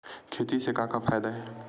खेती से का का फ़ायदा हे?